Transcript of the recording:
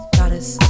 goddess